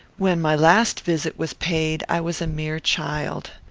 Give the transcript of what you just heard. when my last visit was paid, i was a mere child.